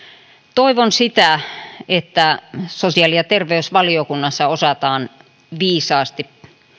toivon sitä että sosiaali ja terveysvaliokunnassa osataan viisaasti